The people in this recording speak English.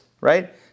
right